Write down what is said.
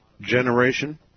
generation